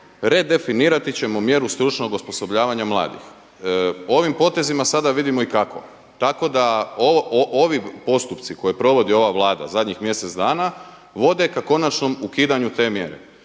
redefinirati ćemo mjeru stručnog osposobljavanja mladih, ovim potezima sada vidimo i kako. Tako da ovi postupci koje provodi ova Vlada zadnjih mjesec dana vode ka konačnom ukidanju te mjere,